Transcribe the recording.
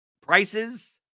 prices